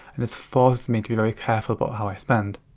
and this forces me to be very careful about how i spend.